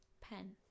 Pen